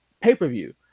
pay-per-view